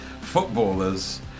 Footballers